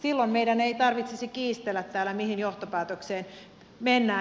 silloin meidän ei tarvitsisi kiistellä täällä mihin johtopäätökseen mennään